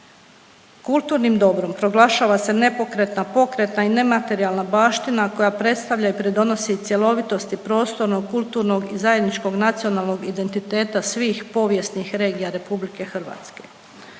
Kulturnim dobrom proglašava se nepokretna, pokretna i nematerijalna baština koja predstavlja i pridonosi cjelovitosti prostornog, kulturnog i zajedničkog nacionalnog identiteta svih povijesnih regija Republike Hrvatske.